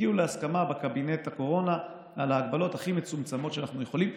הגיעו להסכמה בקבינט הקורונה על ההגבלות הכי מצומצמות שאנחנו יכולים,